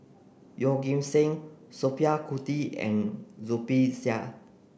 Yeoh Ghim Seng Sophia Cooke and Zubir Said